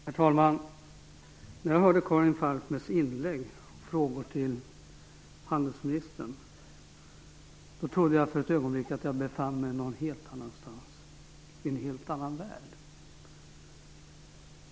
Herr talman! När jag hörde Karin Falkmers inlägg och frågor till handelsministern trodde jag för ett ögonblick att jag befann mig någon helt annanstans, i en helt annan värld.